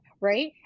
right